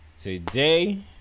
Today